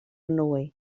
nwy